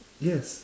yes